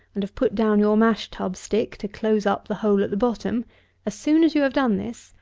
and have put down your mash-tub stick to close up the hole at the bottom as soon as you have done this,